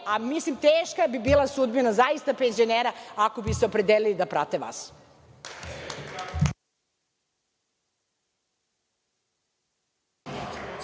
a mislim teška bi bila sudbina, zaista, penzionera ako bi se opredelili da prate